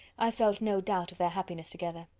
i felt no doubt of their happiness together.